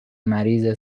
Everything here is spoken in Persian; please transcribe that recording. مریض